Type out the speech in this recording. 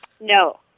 No